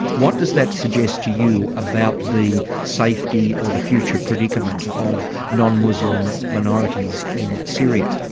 what does that suggest to you about the safety or the future predicament of non-muslim minorities in syria?